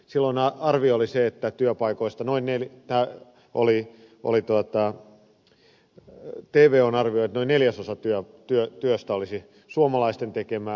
silloin arvio työpaikoista oli se tvo on arvioinut että noin neljäsosa työstä olisi suomalaisten tekemää